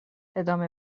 ادامه